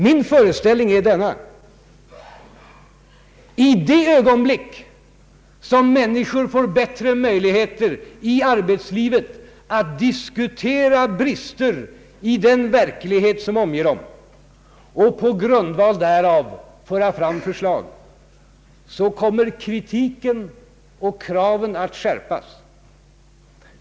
Min föreställning är denna: i det ögonblick människor får bättre möjligheter att diskutera brister i den verklighet som omger dem i arbetslivet och på grundval därav föra fram förslag, kommer kritiken och kraven att skärpas.